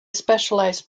specialized